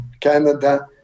Canada